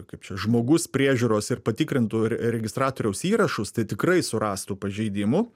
kaip čia žmogus priežiūros ir patikrintų re registratoriaus įrašus tai tikrai surastų pažeidimų